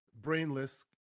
brainless